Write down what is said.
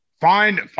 Find